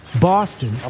Boston